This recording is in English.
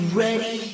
ready